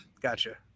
Gotcha